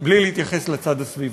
בלי להתייחס לצד הסביבתי,